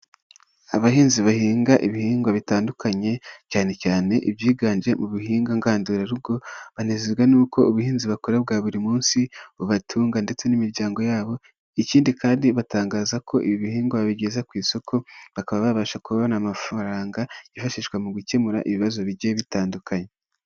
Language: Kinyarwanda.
Abahinzi bahinga ibihingwa bitandukanye cyane cyane ibyiganje mu bihingwa ngandurarugo, banezezwa n'uko ubuhinzi bakora bwa buri munsi bubatunga ndetse n'imiryango yabo, ikindi kandi batangaza ko ibi bihingwa babigeza ku isoko bakaba babasha kubona amafaranga yifashishwa mu gukemura ibibazo bigiye bitandukanye.